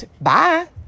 bye